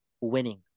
winning